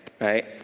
right